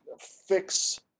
fix